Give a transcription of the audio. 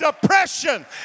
depression